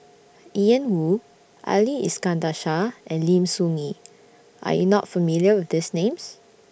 Ian Woo Ali Iskandar Shah and Lim Soo Ngee Are YOU not familiar with These Names